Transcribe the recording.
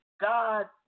God